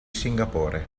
singapore